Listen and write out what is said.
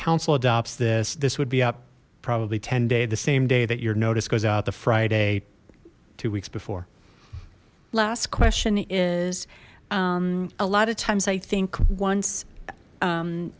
council adopts this this would be up probably ten day the same day that your notice goes out to friday two weeks before last question is a lot of times i think once